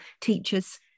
teachers